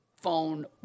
phone